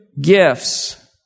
gifts